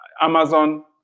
Amazon